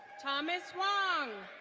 thomas wong.